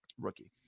rookie